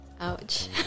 Ouch